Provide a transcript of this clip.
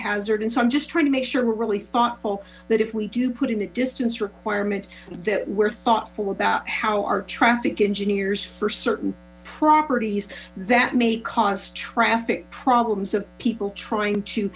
hazard and so i'm just trying to make sure we're really thoughtful that if we do put in a distance requirement that we're thoughtful about how our traffic engineers for certain properties that may cause traffic problems of people trying to